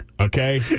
okay